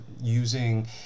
using